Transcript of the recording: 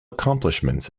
accomplishments